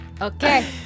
Okay